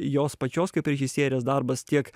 jos pačios kaip režisierės darbas tiek